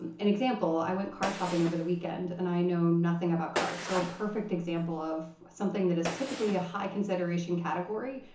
and an example i went car shopping over the weekend. and i know nothing about cars. so a perfect example of something that is typically a high consideration category,